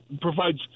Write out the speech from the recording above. provides